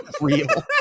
real